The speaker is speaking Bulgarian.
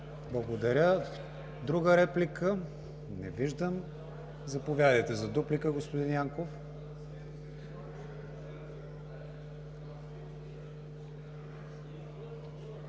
Благодаря. Друга реплика? Не виждам. Заповядайте за дуплика, господин Янков.